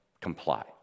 comply